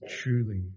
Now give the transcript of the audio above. truly